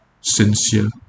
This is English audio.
sincere